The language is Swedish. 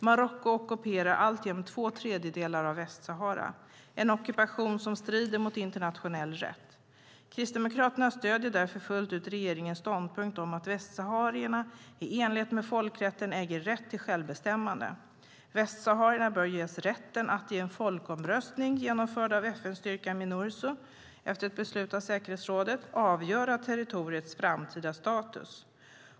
Marocko ockuperar alltjämt två tredjedelar av Västsahara. Det är en ockupation som strider mot internationell rätt. Kristdemokraterna stöder därför fullt ut regeringens ståndpunkt att västsaharierna i enlighet med folkrätten äger rätt till självbestämmande. Västsaharierna bör ges rätten att i en folkomröstning, genomförd av FN-styrkan Minurso efter beslut av säkerhetsrådet, avgöra territoriets framtida status.